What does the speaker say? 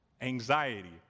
anxiety